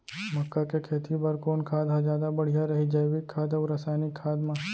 मक्का के खेती बर कोन खाद ह जादा बढ़िया रही, जैविक खाद अऊ रसायनिक खाद मा?